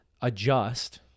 adjust